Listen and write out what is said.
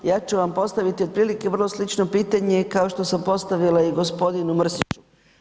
Ja ću vam postaviti otprilike vrlo slično pitanje kao što sam postavila i gospodinu Mrsiću.